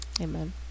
Amen